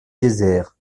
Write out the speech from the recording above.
désert